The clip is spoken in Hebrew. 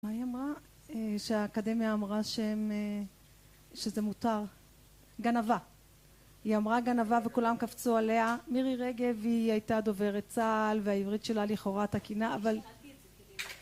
מה היא אמרה? שהאקדמיה אמרה שזה מותר. גנבה, היא אמרה גנבה וכולם קפצו עליה. מירי רגב היא היתה דוברת צה״ל, והעברית שלה לכאורה תקינה אבל...